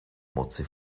moci